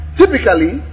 typically